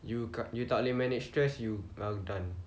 you you tak boleh manage stress you are done